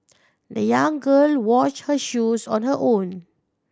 the young girl washed her shoes on her own